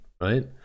right